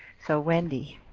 so wendy,